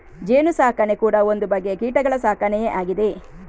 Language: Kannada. ಜೇನು ಸಾಕಣೆ ಕೂಡಾ ಒಂದು ಬಗೆಯ ಕೀಟಗಳ ಸಾಕಣೆಯೇ ಆಗಿದೆ